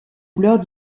couleurs